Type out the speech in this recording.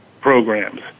programs